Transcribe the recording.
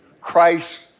Christ